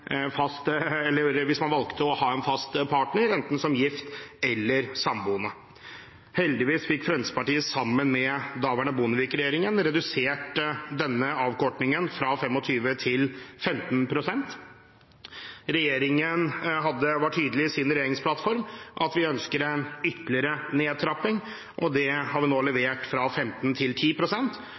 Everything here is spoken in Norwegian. fast partner, enten som gift eller samboende. Heldigvis fikk Fremskrittspartiet sammen med daværende Bondevik-regjeringen redusert denne avkortingen fra 25 til 15 pst. Regjeringen var tydelig i sin regjeringsplattform på at vi ønsker en ytterligere nedtrapping, og det har vi nå levert, fra 15 til